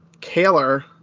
Kaler